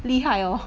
厉害哦